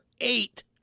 eight